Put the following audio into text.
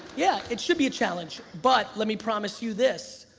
yeah, it should be a challenge. but let me promise you this,